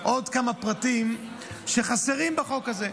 עוד כמה פרטים שחסרים בחוק הזה,